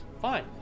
Fine